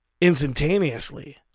instantaneously